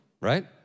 right